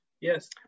yes